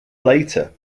later